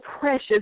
precious